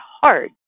hard